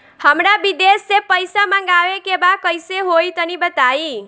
हमरा विदेश से पईसा मंगावे के बा कइसे होई तनि बताई?